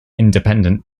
independent